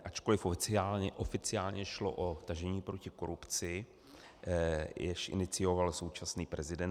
Ačkoliv oficiálně šlo o tažení proti korupci, jež inicioval současný prezident